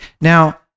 Now